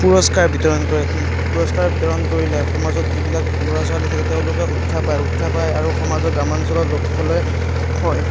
পুৰস্কাৰ বিতৰণ কৰি দি পুৰস্কাৰ বিতৰণ কৰিলে সমাজত যিবিলাক ল'ৰা ছোৱালী থাকে তেওঁলোকে উৎসাহ পায় উৎসাহ পায় আৰু সমাজৰ গ্ৰামাঞ্চলৰ লোকসকলে খয়